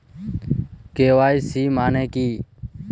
KYC মানে কী?